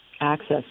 access